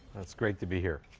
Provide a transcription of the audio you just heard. it's great to be here.